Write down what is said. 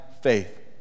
faith